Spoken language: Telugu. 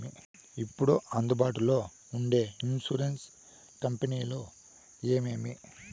ఇప్పుడు అందుబాటులో ఉండే ఇన్సూరెన్సు కంపెనీలు ఏమేమి?